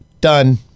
done